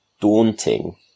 daunting